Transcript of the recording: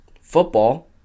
football